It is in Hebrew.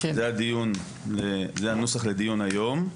זה הנוסח לדיון היום.